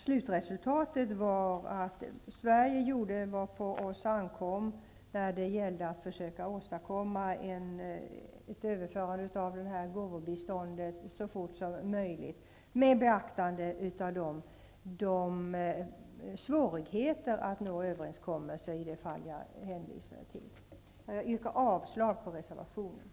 Slutresultatet blev att vi i Sverige gjorde vad på oss ankommer för att åstadkomma ett överförande av det här gåvobiståndet så fort som möjligt, med beaktande av de svårigheter att nå överenskommelsen som jag har hänvisat till. Jag yrkar avslag på reservationen.